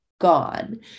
gone